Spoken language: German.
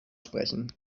sprechen